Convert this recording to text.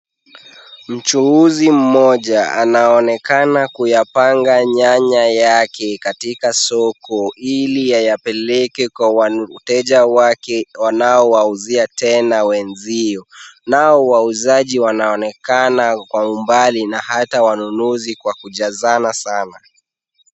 Mchuuzi mmoja anaonekana kuyapanga nyanya yake katika soko, ili ayapeleke kwa wateja wake wanaowauzia tena wenzio. Nao wauzaji wanaonekana kwa umbali na hata wanunuzi kwa kujazana sana.